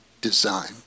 design